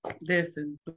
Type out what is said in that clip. listen